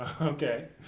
Okay